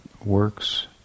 works